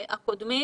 הקודמים.